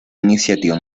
iniciativa